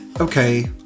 okay